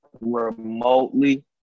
remotely